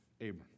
Abram